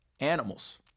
Animals